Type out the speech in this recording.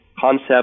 concept